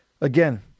Again